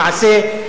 למעשה,